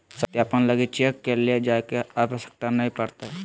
सत्यापन लगी चेक के ले जाय के आवश्यकता नय पड़तय